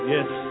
Yes